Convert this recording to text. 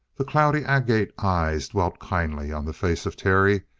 the cloudy agate eyes dwelt kindly on the face of terry,